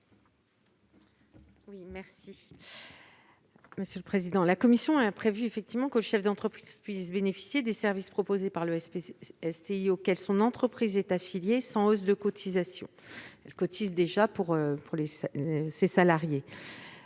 La commission a prévu que le chef d'entreprise puisse bénéficier des services proposés par le SPSTI auquel son entreprise est affiliée sans hausse de cotisation, l'entreprise cotisant déjà pour ses salariés.